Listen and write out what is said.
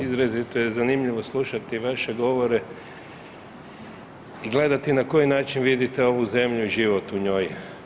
Izrazito je zanimljivo slušati vaše govore i gledati na koji način vidite ovu zemlju i život u njoj.